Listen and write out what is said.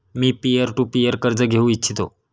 me peer to peer कर्ज घेऊ इच्छितो